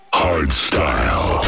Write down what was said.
hardstyle